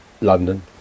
London